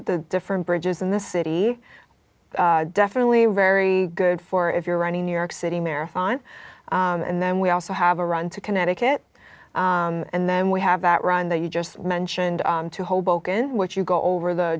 the different bridges in this city definitely wary good for if you're running new york city marathon and then we also have a run to connecticut and then we have that run that you just mentioned to hoboken which you go over the